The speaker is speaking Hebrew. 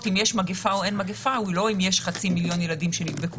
אם יש מגיפה או אין מגיפה היא לא אם יש חצי מיליון ילדים שנדבקו